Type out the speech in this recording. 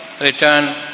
return